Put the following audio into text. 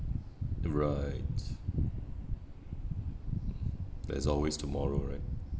right there's always tomorrow right